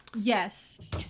Yes